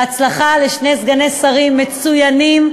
בהצלחה לשני סגני שרים מצוינים,